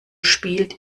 spielt